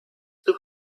two